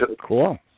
cool